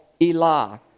Elah